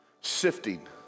sifting